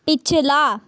ਪਿਛਲਾ